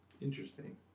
Interesting